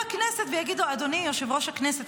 הכנסת ויגיד לו: אדוני יושב-ראש הכנסת,